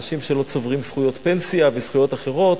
שבהן אנשים שלא צוברים זכויות פנסיה וזכויות אחרות,